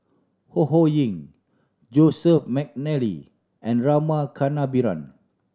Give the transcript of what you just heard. Ho Ho Ying Joseph McNally and Rama Kannabiran